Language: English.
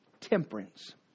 temperance